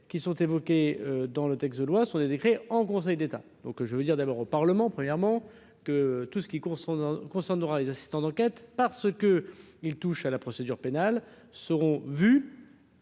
qui sont évoqués dans le texte de loi sont des décrets en Conseil d'État, donc je veux dire d'abord au Parlement : premièrement, que tout ce qui concerne concerne les assistants d'enquête parce que ils touchent à la procédure pénale seront vus.